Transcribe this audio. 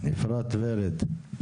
אפרת ורד.